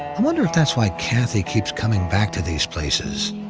i wonder if that's why cathy keeps coming back to these places,